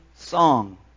song